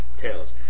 Tails